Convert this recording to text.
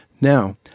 Now